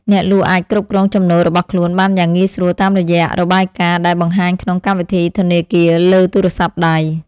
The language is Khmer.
អ្នកលក់អាចគ្រប់គ្រងចំណូលរបស់ខ្លួនបានយ៉ាងងាយស្រួលតាមរយៈរបាយការណ៍ដែលបង្ហាញក្នុងកម្មវិធីធនាគារលើទូរស័ព្ទដៃ។